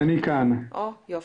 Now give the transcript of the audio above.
יפה.